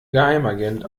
geheimagent